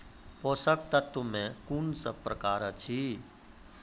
पोसक तत्व मे कून सब प्रकार अछि?